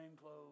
clothes